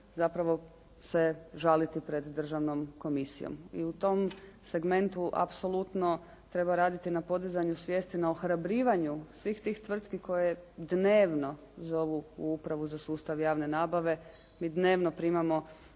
zapravo se žaliti pred državnom komisijom. I u tom segmentu apsolutno treba raditi na podizanju svijesti, na ohrabrivanju svih tih tvrtki koje dnevno zovu u upravu za sustav javne nabave. Mi dnevno primamo